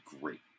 great